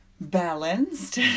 balanced